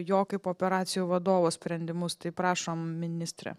jo kaip operacijų vadovo sprendimus tai prašom ministre